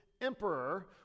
emperor